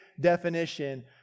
definition